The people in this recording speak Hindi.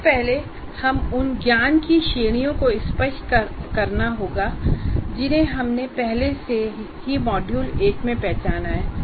इससे पहले हमें उन ज्ञान की श्रेणियां को स्पष्ट करना होगा जिन्हें हमने पहले ही मॉड्यूल 1 में पहचाना है